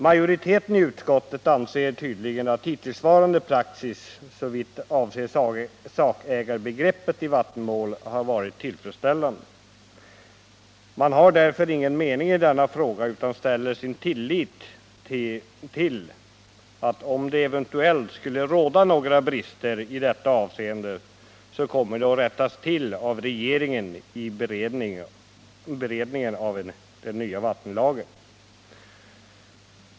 Majoriteten i utskottet anser tydligen att hittillsvarande praxis såvitt avser sakägarbegreppet i vattenmål har varit tillfredsställande. Man har därför ingen mening i denna fråga utan sätter sin tillit till att eventuella brister i detta avseende kommer att rättas till av regeringen i beredningen av den nya vattenlagen.